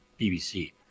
BBC